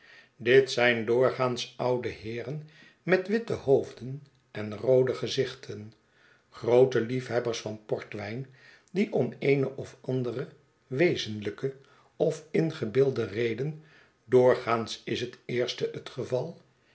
dit zijn doorgaans oude heeren met witte hoofden en roode gezichten groote liefhebbers van portwijn die om eene of andere wezenlijke of ingebeelde reden doorgaans is het eerste het geval